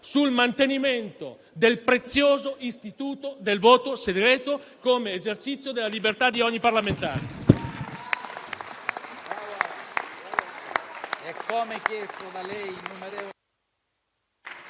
sul mantenimento del prezioso istituto del voto segreto come esercizio della libertà di ogni parlamentare